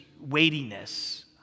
weightiness